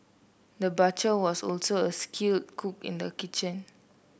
the butcher was also a skilled cook in the kitchen